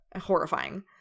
Horrifying